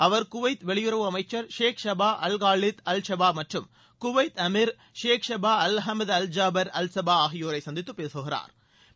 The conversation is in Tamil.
அவர் குவைத் வெளியுறவு அமைச்சர் Sheikh Sabah Al Khalid Al Sabah மற்றும் குவைத் எமீர் Sheikh Sabah Al Ahmad Al Jaber Al Sabah ஆகியோரை சந்தித்து பேசுகிறாா்